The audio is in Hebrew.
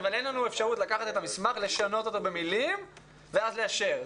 אין לנו אפשרות לקחת את המסמך ולשנות אותו במלים ואז לאשר.